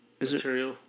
material